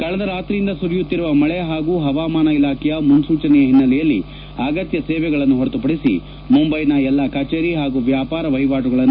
ಕಳೆದ ರಾತ್ರಿಯಿಂದ ಸುರಿಯುತ್ತಿರುವ ಮಳೆ ಹಾಗೂ ಹವಾಮಾನ ಇಲಾಖೆಯ ಮುನೂಚನೆಯ ಹಿನ್ನೆಲೆಯಲ್ಲಿ ಅಗತ್ಯ ಸೇವೆಗಳನ್ನು ಹೊರತುಪಡಿಸಿ ಮುಂಬೈನ ಎಲ್ಲ ಕಚೇರಿ ಹಾಗೂ ವ್ವಾಪಾರ ವಹಿವಾಟುಗಳನ್ನು